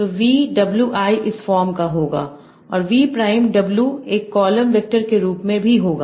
तो V WI इस form का होगा और V Prime W एक कॉलम वेक्टर के रूप में भी होगा